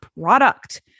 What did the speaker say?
product